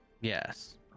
Yes